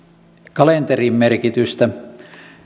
kalenteriin merkitystä